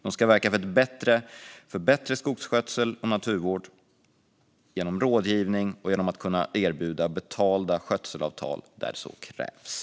De ska verka för bättre skogsskötsel och naturvård genom rådgivning och genom att kunna erbjuda betalda skötselavtal där så krävs.